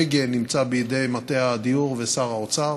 ההגה נמצא בידי מטה הדיור ושר האוצר,